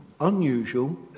unusual